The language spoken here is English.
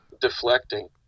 deflecting